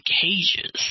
cages